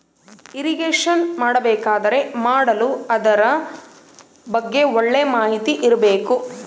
irrigation ಮಾಡಬೇಕಾದರೆ ಮಾಡಲು ಅದರ ಬಗ್ಗೆ ಒಳ್ಳೆ ಮಾಹಿತಿ ಇರ್ಬೇಕು